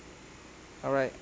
alright